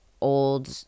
old